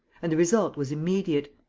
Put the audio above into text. and the result was immediate.